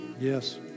Yes